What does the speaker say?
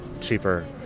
cheaper